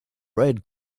red